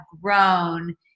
grown